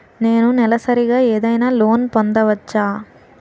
నేను నెలసరిగా ఏదైనా లోన్ పొందవచ్చా?